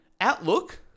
Outlook